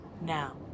Now